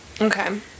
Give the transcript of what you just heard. Okay